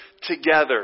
together